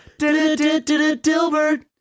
Dilbert